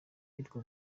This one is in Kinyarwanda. iheruka